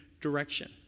direction